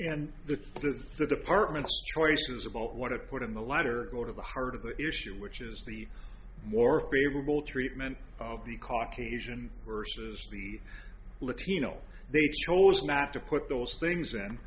and the that's the department says about what to put in the letter go to the heart of the issue which is the more favorable treatment of the caucasian versus the latino they've chosen not to put those things and